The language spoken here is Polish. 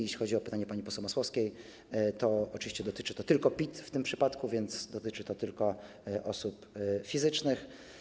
Jeśli chodzi o pytanie pani poseł Masłowskiej, to oczywiście dotyczy to tylko PIT-u w tym przypadku, więc dotyczy to tylko osób fizycznych.